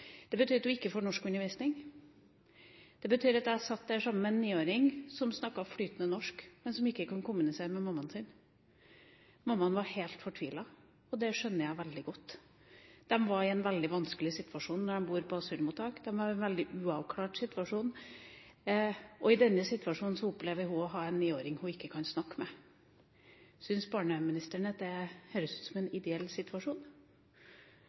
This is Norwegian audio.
Det betyr at hun ikke får norskundervisning. Jeg satt sammen med en niåring som snakket flytende norsk, men som ikke kunne kommunisere med mammaen sin. Mammaen var helt fortvilet, og det skjønner jeg veldig godt. De er i en veldig vanskelig situasjon når de bor på et asylmottak – det er en veldig uavklart situasjon. I denne situasjonen opplever hun å ha en niåring som hun ikke kan snakke med. Syns barneministeren at det høres ut som en ideell situasjon?